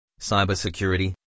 cybersecurity